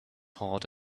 hot